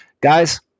guys